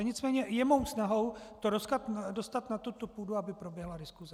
Nicméně je mou snahou to dostat na tuto půdu, aby proběhla diskuse.